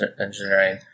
engineering